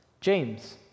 James